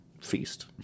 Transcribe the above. feast